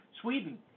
Sweden